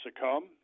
succumb